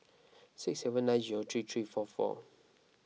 six seven nine zero three three four four